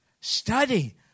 Study